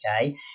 okay